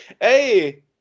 hey